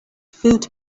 foot